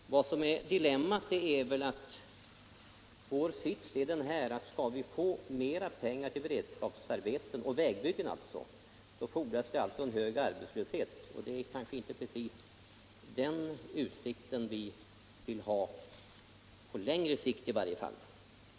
Dilemmat är väl att det för att vi skall få mer pengar till beredskapsarbeten i form av vägbyggen fordras en högre grad av arbetslöshet än f. n., men det är ju inte precis vad vi är ute efter, och absolut inte på längre sikt i varje fall.